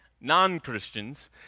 non-Christians